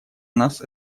нас